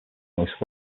most